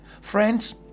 Friends